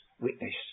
witness